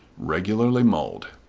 regularly mulled,